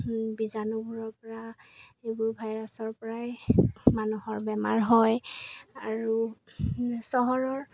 বিজাণুবোৰৰপৰা এইবোৰ ভাইৰাছৰপৰাই মানুহৰ বেমাৰ হয় আৰু চহৰৰ